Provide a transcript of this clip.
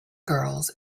girls